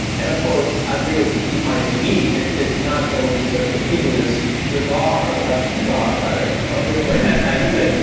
and of course, as big as deepmind maybe, it's it's not going to sort of compete with this bizarre bazar, rather, of different ideas